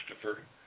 Christopher